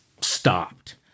stopped